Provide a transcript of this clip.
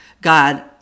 God